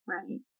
Right